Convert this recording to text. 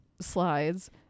slides